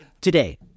Today